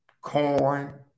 corn